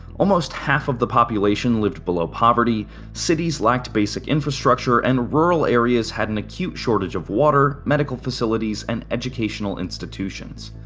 almost half of the population lived below poverty cities lacked basic infrastructure, and rural areas had an acute shortage of water, medical facilities, and educational institutions.